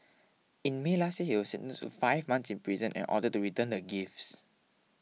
in May last year since five months in prison and ordered to return the gifts